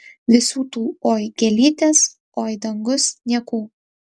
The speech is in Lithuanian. visų tų oi gėlytės oi dangus niekų